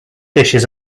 dishes